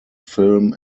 film